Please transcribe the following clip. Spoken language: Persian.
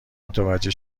متوجه